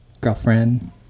girlfriend